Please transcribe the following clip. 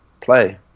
play